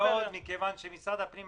כאשר יש אבטלה ובטלה בטלה זה שעמום,